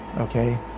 okay